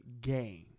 game